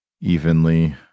Evenly